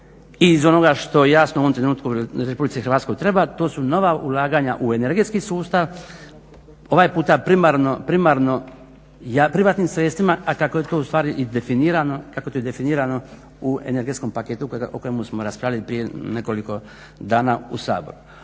i iz onoga što jasno u ovom trenutku u RH to su nova ulaganja u energetski sustav, ovaj puta primarno privatnim sredstvima, a kako je to i definirano u energetskom paketu o kojemu smo raspravljali prije nekoliko dana u Saboru.